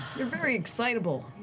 you're very excitable.